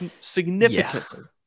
significantly